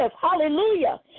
hallelujah